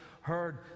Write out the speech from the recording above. heard